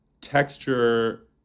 texture